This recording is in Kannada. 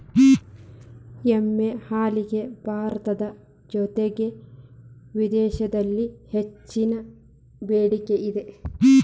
ಎಮ್ಮೆ ಹಾಲಿಗೆ ಭಾರತದ ಜೊತೆಗೆ ವಿದೇಶಿದಲ್ಲಿ ಹೆಚ್ಚಿನ ಬೆಡಿಕೆ ಇದೆ